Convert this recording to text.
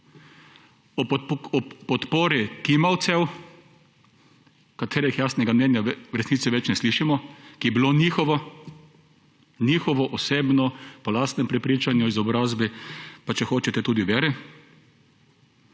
ob podpori kimavcev, katerih jasnega mnenja v resnici več ne slišimo, ki bi bilo njihovo, njihovo osebno, po lastnem prepričanju, izobrazbi, pa če hočete, tudi veri.